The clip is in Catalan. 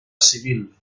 civil